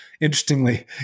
interestingly